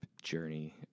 journey